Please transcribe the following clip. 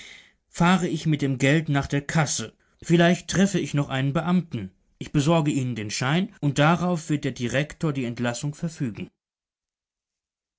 fahre ich mit dem geld nach der kasse vielleicht treffe ich noch einen beamten ich besorge ihnen den schein und darauf wird der direktor die entlassung verfügen